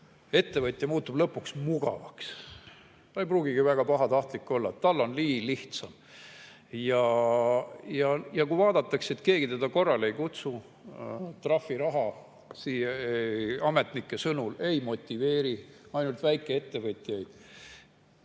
ettevõtja muutub lõpuks mugavaks. Ta ei pruugigi väga pahatahtlik olla, tal on nii lihtsam. Ja kui vaadatakse, et keegi teda korrale ei kutsu, trahviraha ametnike sõnul ei motiveeri, ainult väikeettevõtjaid,